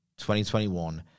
2021